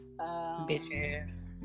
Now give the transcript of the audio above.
bitches